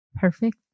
perfect